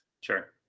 Sure